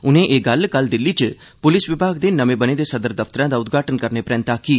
उनें एह् गल्ल कल दिल्ली च पुलस विमाग दे नमें बने दे सदर दफ्तरै दा उद्घाटन करने परैंत आक्खी